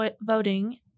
voting